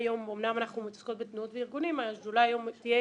אמנם אנחנו מתעסקות בתנועות וארגונים אבל היום השדולה תהיה